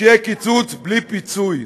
שיהיה קיצוץ בלי פיצוי.